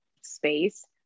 space